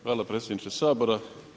Hvala predsjedniče Sabora.